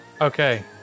Okay